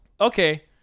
okay